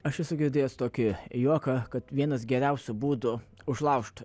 aš esu girdėjęs tokį juoką kad vienas geriausių būdų užlaužt